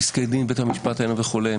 על פסקי דין של בית המשפט העליון וכולי.